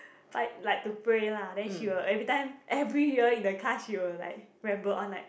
like like to pray lah then she will every time every year in the car she will like ramble on like